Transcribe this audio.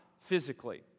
physically